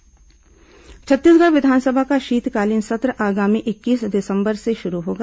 विस सत्र मुख्य सचिव छत्तीसगढ़ विधानसभा का शीतकालीन सत्र आगामी इक्कीस दिसंबर से शुरू होगा